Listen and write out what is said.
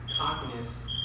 cockiness